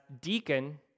deacon